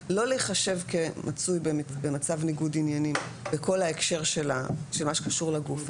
לא להיחשב כמצוי במצב ניגוד עניינים בכל ההקשר של מה שקשור לגוף הזה,